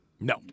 No